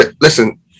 listen